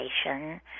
station